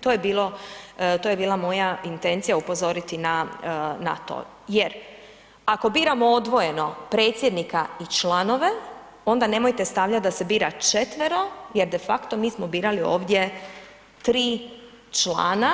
To je bila moja intencija upozoriti na to jer ako biramo odvojeno predsjednika i članove onda nemojte stavljati da se bira četvero jer de facto mi smo birali ovdje 3 člana